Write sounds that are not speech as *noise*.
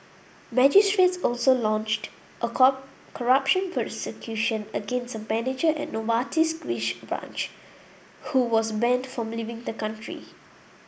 magistrates also launched a *unintelligible* corruption prosecution against a manager at Novartis's Greek branch who was banned from leaving the country